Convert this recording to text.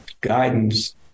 guidance